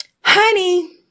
honey